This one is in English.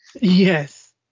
Yes